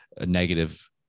negative